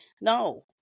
no